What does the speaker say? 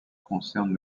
concerne